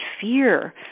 fear